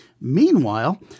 Meanwhile